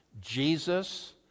Jesus